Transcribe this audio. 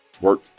Work